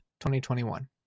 2021